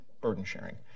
burden-sharing